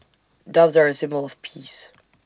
doves are A symbol of peace